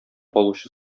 алучы